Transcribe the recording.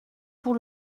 pour